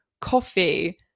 coffee